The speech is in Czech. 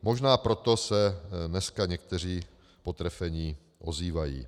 Možná proto se dneska někteří potrefení ozývají.